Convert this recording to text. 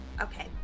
Okay